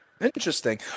Interesting